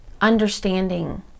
understanding